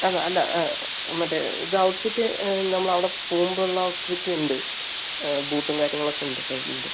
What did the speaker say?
അത് അല്ല മറ്റെ ഇത് ഔട്ട് ഫിറ്റ് നമ്മൾ അവിടെ പോകുമ്പം ഉള്ള ഔട്ട് ഫിറ്റ് ഉണ്ട് ബൂട്ടും കാര്യങ്ങൾ ഒക്ക ഉണ്ട് കൈയ്യിൽ ഉണ്ട്